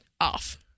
Off